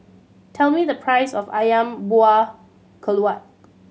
tell me the price of Ayam Buah Keluak